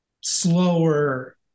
slower